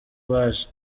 baje